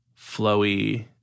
flowy